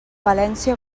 valència